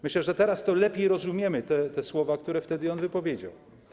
Myślę, że teraz lepiej rozumiemy, te słowa, które wtedy on wypowiedział.